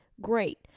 Great